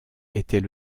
était